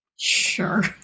Sure